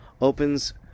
opens